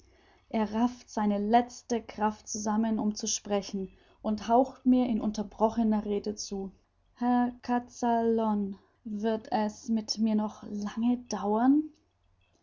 er rafft seine letzte kraft zusammen um zu sprechen und haucht mir in unterbrochener rede zu herr kazallon wird es mit mir noch lange dauern